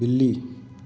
बिल्ली